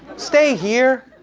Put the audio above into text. stay here.